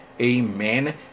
Amen